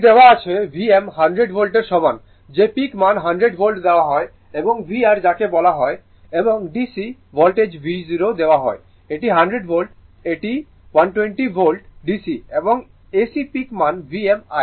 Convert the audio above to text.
এটি দেওয়া আছে Vm 100 ভোল্টের সমান যে পিক মান 100 ভোল্ট দেওয়া হয় এবং V r যাকে বলা হয় এবং DC ভোল্টেজ V0 দেওয়া হয় এটি 100 ভোল্ট DC এটি 120 ভোল্ট DC এবং AC পিক মান Vm